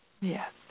Yes